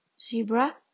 Zebra